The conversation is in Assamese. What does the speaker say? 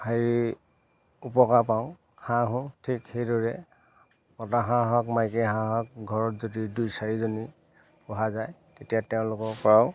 হেৰি উপকাৰ পাওঁ হাঁহো ঠিক সেইদৰে মতা হাঁহ হওক মাইকী হাঁহ হওক ঘৰত যদি দুই চাৰিজনী পোহা যায় তেতিয়া তেওঁলোকৰ পৰাও